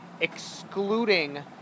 excluding